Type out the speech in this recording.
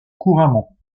couramment